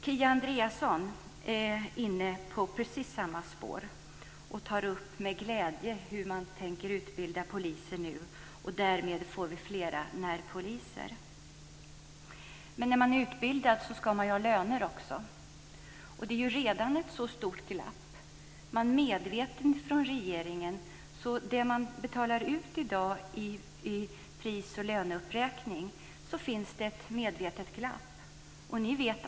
Kia Andreasson är inne på precis samma spår och tar med glädje upp hur man nu tänker utbilda poliser, och därmed får vi flera närpoliser. Men när de är utbildade ska de ju ha lön också. Det är redan ett stort glapp. Det finns ett medvetet glapp när det gäller det som man betalar ut i dag och pris och löneuppräkning.